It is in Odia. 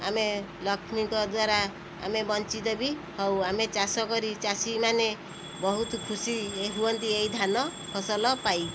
ଆମେ ଲକ୍ଷ୍ମୀଙ୍କ ଦ୍ଵାରା ଆମେ ବଞ୍ଚିତ ବି ହେଉ ଆମେ ଚାଷ କରି ଚାଷୀମାନେ ବହୁତ ଖୁସି ହୁଅନ୍ତି ଏହି ଧାନ ଫସଲ ପାଇ